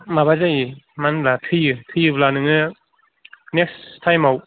माबा जायो मा होनबा थैयो थैयोब्ला नेक्स्त टाईमाव